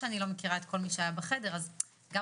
אני לא מכירה את כל מי שהיה בחדר אז גם